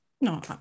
No